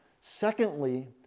Secondly